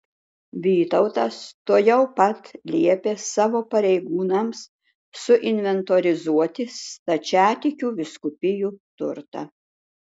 vytautas tuojau pat liepė savo pareigūnams suinventorizuoti stačiatikių vyskupijų turtą